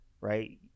right